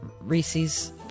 Reese's